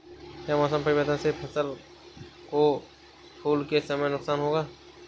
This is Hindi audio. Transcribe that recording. क्या मौसम परिवर्तन से फसल को फूल के समय नुकसान होगा?